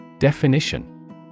Definition